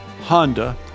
Honda